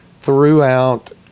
throughout